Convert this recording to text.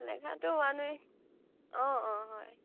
লেখাটো হোৱা নাই অঁ অঁ হয় হয়